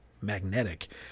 magnetic